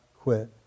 quit